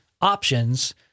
options